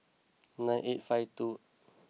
nine eight five two